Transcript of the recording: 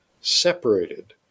separated